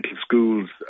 schools